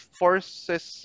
forces